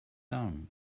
down